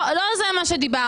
לא על זה דיברנו.